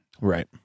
Right